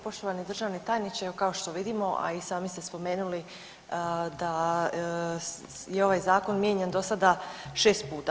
Poštovani državni tajniče, evo kao što vidimo, a i sami ste spomenuli da je ovaj zakon mijenjan dosada 6 puta.